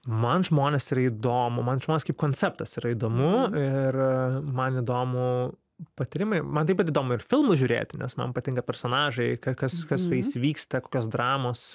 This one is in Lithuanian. man žmonės yra įdomu man žmonės kaip konceptas yra įdomu ir man įdomu patyrimai man taip pat įdomu ir filmus žiūrėti nes man patinka personažai ka kas kas su jais vyksta kokios dramos